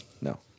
No